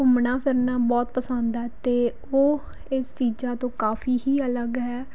ਘੁੰਮਣਾ ਫਿਰਨਾ ਬਹੁਤ ਪਸੰਦ ਹੈ ਅਤੇ ਉਹ ਇਸ ਚੀਜ਼ਾਂ ਤੋਂ ਕਾਫੀ ਹੀ ਅਲੱਗ ਹੈ